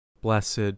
Blessed